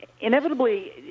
Inevitably